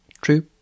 True